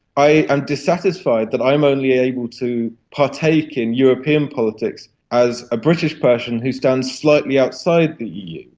i am dissatisfied that i'm only able to partake in european politics as a british person who stands slightly outside the eu.